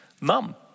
mum